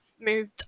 moved